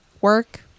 work